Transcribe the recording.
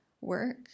work